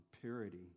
purity